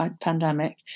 pandemic